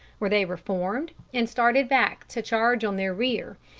where they reformed and started back to charge on their rear,